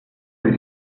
per